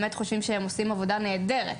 שהם עושים עבודה נהדרת.